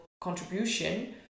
contribution